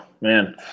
man